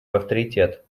авторитет